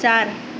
चार